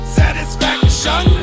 satisfaction